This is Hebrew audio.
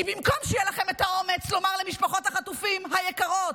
כי במקום שיהיה לכם את האומץ לומר למשפחות החטופים היקרות: